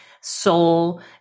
soul